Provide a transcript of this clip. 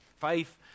faith